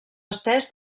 estès